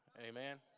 amen